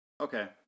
Okay